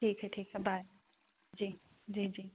ठीक है ठीक है बाय जी जी जी